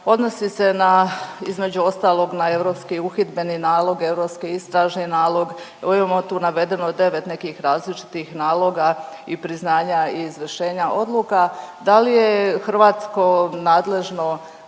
Odnosi se između ostalog na europski uhidbeni nalog, europski istražni nalog, evo imamo tu navedeno i 9 nekih različitih naloga i priznanja i izvršenja odluka. Da li je hrvatsko nadležno